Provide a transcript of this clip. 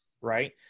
Right